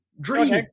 Dream